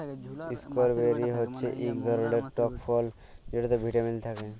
strawberry হচ্যে ইক ধরলের টক ফল যেটতে ভিটামিল থ্যাকে